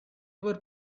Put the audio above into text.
were